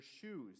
shoes